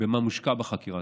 במה שמושקע בחקירה.